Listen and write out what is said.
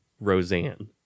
Roseanne